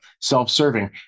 self-serving